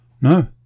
no